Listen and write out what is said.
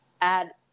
add